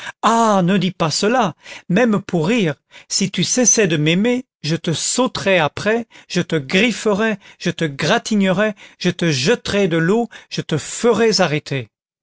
ne dis pas cela même pour rire si tu cessais de m'aimer je te sauterais après je te grifferais je te gratignerais je te jetterais de l'eau je te ferais arrêter